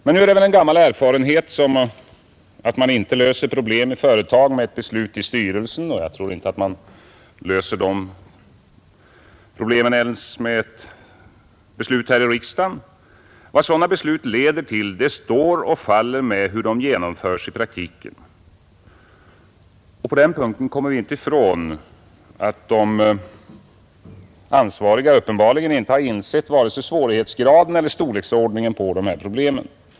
Men nu är det väl en gammal erfarenhet att man inte löser problem i företag med ett beslut i styrelsen. Jag tror inte att man löser de problemen ens med ett beslut här i riksdagen. Vad sådana beslut leder till SS står och faller med hur de genomförs i praktiken. På den punkten kommer vi inte ifrån att de ansvariga uppenbarligen inte har insett vare sig svårighetsgraden eller storleksordningen av de här problemen.